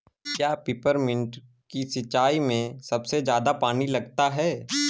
क्या पेपरमिंट की सिंचाई में सबसे ज्यादा पानी लगता है?